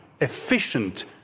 efficient